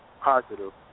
positive